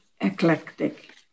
eclectic